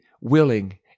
willing